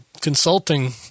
consulting